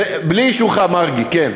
בלי אישורך, מרגי, כן.